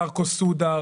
דרקו סודר,